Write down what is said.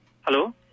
Hello